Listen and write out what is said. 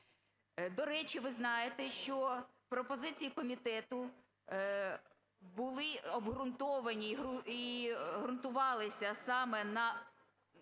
До речі, ви знаєте, що пропозиції комітету були обґрунтовані і ґрунтувалися саме на